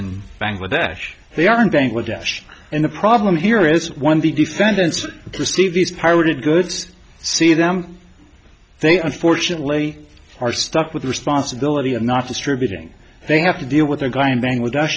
in bangladesh they are in bangladesh and the problem here is one of the defendants receive these pirated goods see them they unfortunately are stuck with the responsibility of not distributing they have to deal with the guy in bangladesh